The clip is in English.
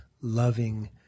loving